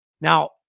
Now